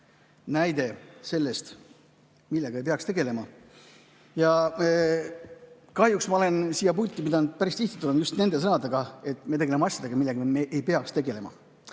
näide selle kohta, millega ei peaks tegelema. Kahjuks ma olen siia pulti pidanud päris tihti tulema just nende sõnadega, et me tegeleme asjadega, millega me ei peaks tegelema.